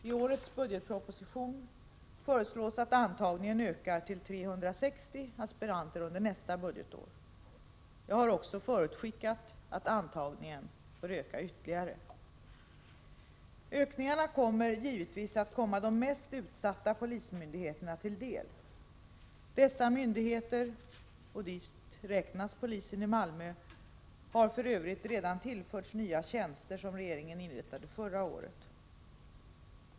I årets budgetproposition föreslås att antagningen ökar till 360 aspiranter under nästa budgetår. Jag har också förutskickat att antagningen bör öka ytterligare. Ökningarna kommer givetvis att komma de mest utsätta polismyndigheterna till del. Dessa myndigheter — och dit räknas polisen i Malmö — har för övrigt redan tillförts nya tjänster som regeringen inrättade förra året.